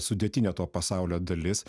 sudėtinė to pasaulio dalis